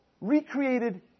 recreated